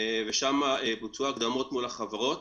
ושם בוצעו הקדמות מול החברות.